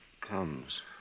comes